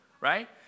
right